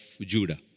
Judah